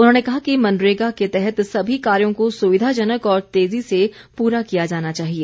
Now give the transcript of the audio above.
उन्होंने कहा कि मनरेगा के तहत सभी कार्यों को सुविधाजनक और तेजी से पूरा किया जाना चाहिए